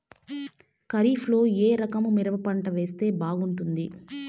ఖరీఫ్ లో ఏ రకము మిరప పంట వేస్తే బాగుంటుంది